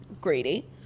greedy